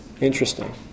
interesting